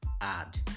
add